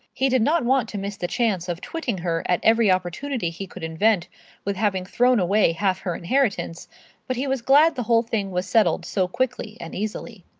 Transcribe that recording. he did not want to miss the chance of twitting her at every opportunity he could invent with having thrown away half her inheritance but he was glad the whole thing was settled so quickly and easily.